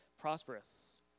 prosperous